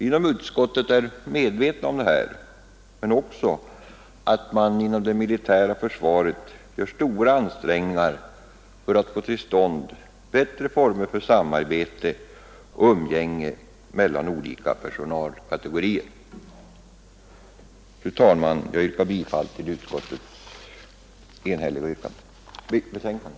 Inom utskottet är vi medvetna om detta, men också om att man inom det militära försvaret gör stora ansträngningar för att få till stånd bättre former för samarbete och umgänge mellan olika personalkategorier. Fru talman! Jag yrkar bifall till utskottets betänkande.